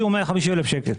130,000 ₪ או 150,000 ₪.